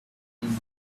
mainly